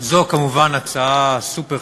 זו כמובן הצעה סופר-חברתית.